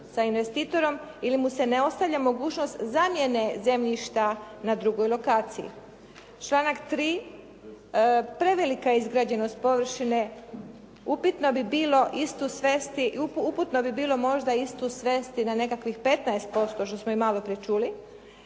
sa investitorom ili mu se ne ostavlja mogućnost zamjene zemljišta na drugoj lokaciji. Članak 3. prevelika je izgrađenost površine. Upitno bi bilo možda istu svesti na nekakvih 15% što smo i malo prije čuli,